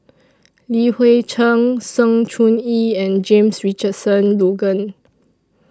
Li Hui Cheng Sng Choon Yee and James Richardson Logan